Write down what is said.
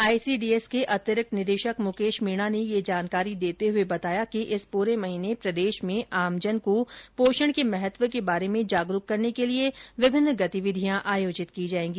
ICDS के अतिरिक्त निदेशक मुकेश मीणा ने यह जानकारी देते हुए बताया कि इस पूरे महीने प्रदेश में आमजन को पोषण के महत्व के बारे में जागरूक करने के लिये विभिन्न गतिविधियां की जायेंगी